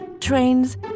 Trains